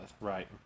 right